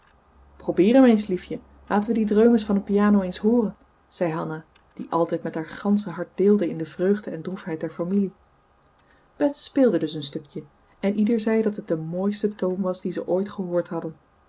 probeer m eens liefje laten we die dreumes van een piano eens hooren zei hanna die altijd met haar gansche hart deelde in de vreugde en droefheid der familie bets speelde dus een stukje en ieder zei dat het de mooiste toon was dien ze ooit gehoord hadden